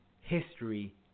history